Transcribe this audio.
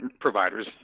providers